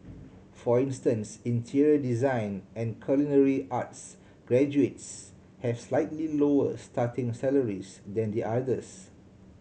for instance interior design and culinary arts graduates have slightly lower starting salaries than the others